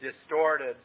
distorted